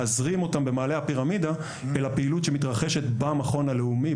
להזרים אותם במעלה הפירמידה אל הפעילות שמתרחשת במכון הלאומי,